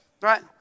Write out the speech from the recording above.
Right